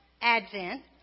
Advent